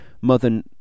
Mother